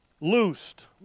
Loosed